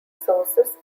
sources